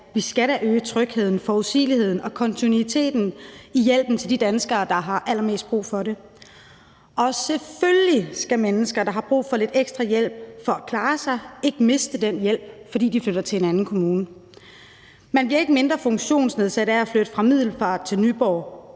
vi skal da øge trygheden, forudsigeligheden og kontinuiteten i hjælpen til de danskere, der har allermest brug for det. Og selvfølgelig skal mennesker, der har brug for lidt ekstra hjælp for at klare sig, ikke miste den hjælp, fordi de flytter til en anden kommune. Man bliver ikke mindre funktionsnedsat af at flytte fra Middelfart til Nyborg